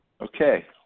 Okay